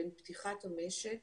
בין פתיחת המשק